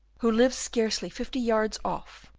who lives scarcely fifty yards off,